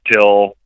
till